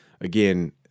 again